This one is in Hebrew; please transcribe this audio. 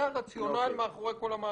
זה הרציונל מאחורי כל המהלך.